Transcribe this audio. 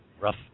rough